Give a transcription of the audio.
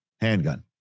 handgun